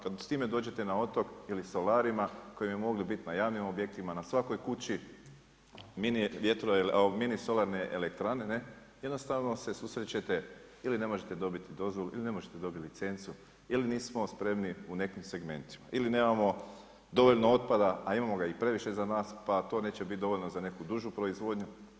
Kad s time dođete na otok ili solarima koji bi mogli bit na javnim objektima, na svakoj kući mini solarne elektrane ne, jednostavno se susrećete ili ne možete dobiti dozvolu ili ne možete dobiti licencu ili nismo spremni u nekim segmentima ili nemamo dovoljno otpada a imamo ga i previše za nas pa to neće bit dovoljno za neku dužu proizvodnju.